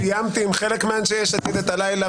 אני סיימתי עם חלק מאנשי יש עתיד את הלילה,